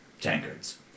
Tankards